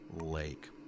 lake